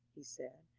he said,